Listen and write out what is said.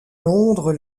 londres